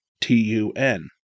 T-U-N